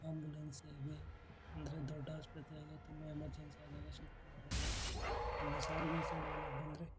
ambulance ಸೇವೆ ಅಂದರೆ ದೊಡ್ಡ ಆಸ್ಪತ್ರೆಗೆ ತುಂಬ ಎಮರ್ಜೆನ್ಸಿ ಆದಾಗ ಶಿಫ್ಟ್ ಮಾಡಲು ಇನ್ನು ಸಾರಿಗೆ ಸೇವೆ ಹೇಳಕ್ ಬಂದರೆ